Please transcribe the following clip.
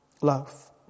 Love